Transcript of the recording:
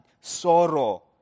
sorrow